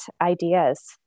ideas